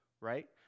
right